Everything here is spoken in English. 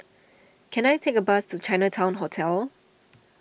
can I take a bus to Chinatown Hotel